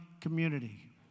community